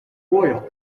royal